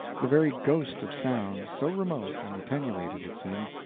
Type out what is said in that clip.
the very ghost of sound, so remote and attenuated it seemed,